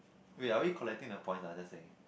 wait are we collecting the points ah just saying